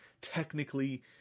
Technically